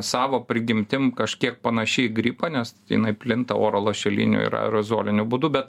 savo prigimtim kažkiek panaši į gripą nes jinai plinta oro lašeliniu ir aerozoliniu būdu be